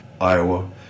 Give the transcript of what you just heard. Iowa